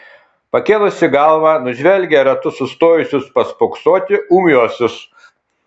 pakėlusi galvą nužvelgia ratu sustojusius paspoksoti ūmiuosius